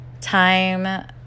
time